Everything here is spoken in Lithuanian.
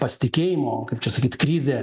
pasitikėjimo kaip čia sakyt krizė